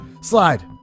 Slide